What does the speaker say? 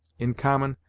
in common,